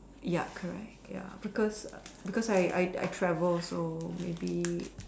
yup correct ya because because I I I travel so maybe